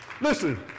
listen